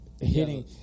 Hitting